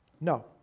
no